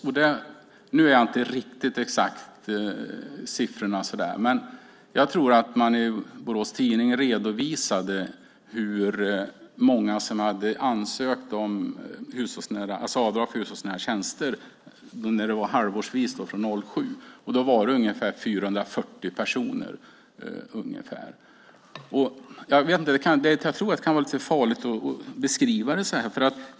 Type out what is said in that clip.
Jag är inte säker på de exakta siffrorna, men man redovisade i Borås Tidning hur många som hade ansökt om avdrag för hushållsnära tjänster. Det var då halvårsvis, från 2007. Det var ungefär 440 personer. Det kan vara lite farligt att beskriva det så här.